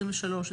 23,